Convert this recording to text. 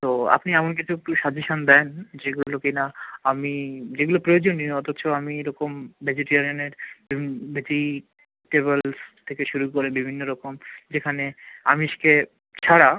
তো আপনি এমন কিছু একটু সাজেশান দিন যেগুলো কিনা আমি যেগুলো প্রয়োজনীয় অথচ আমি এরকম ভেজিটেরিয়ানের ভেজিটেবলস থেকে শুরু করে বিভিন্ন রকম যেখানে আমিষ খেয়ে ছাড়া